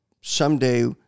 someday